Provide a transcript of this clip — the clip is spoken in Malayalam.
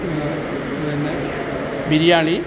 പിന്നെ ബിരിയാണി